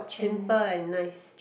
simple and nice